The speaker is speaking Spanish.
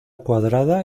cuadrada